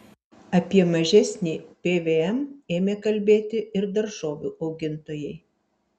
apie mažesnį pvm ėmė kalbėti ir daržovių augintojai